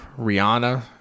Rihanna